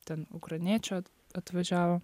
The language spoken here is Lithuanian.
ten ukrainiečio atvažiavo